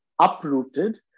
uprooted